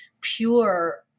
pure